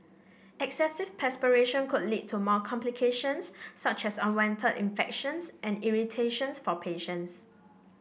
excessive perspiration could lead to more complications such as unwanted infections and irritations for patients